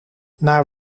naar